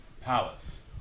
palace